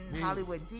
Hollywood